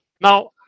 Now